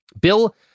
Bill